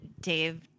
Dave